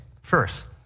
First